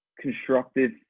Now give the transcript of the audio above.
constructive